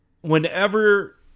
whenever